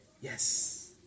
yes